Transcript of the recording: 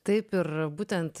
taip ir būtent